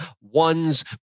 one's